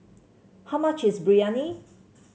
how much is Biryani